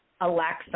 Alexa